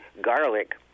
garlic